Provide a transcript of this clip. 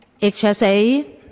HSA